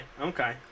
Okay